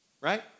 right